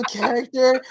character